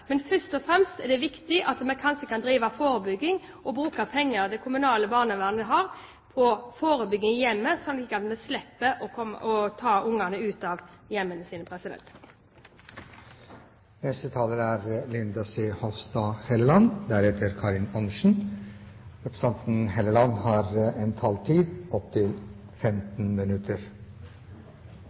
Men først og fremst er det viktig at vi kanskje kan drive med forebygging og bruke penger som det kommunale barnevernet har på forebygging i hjemmet, slik at vi slipper å ta barna ut av hjemmene sine. Jeg vil også starte med å takke statsråden for redegjørelsen. Debatten vi har i dag, om fremtidens barnevern, er en